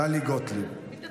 טלי גוטליב, מתנצלת.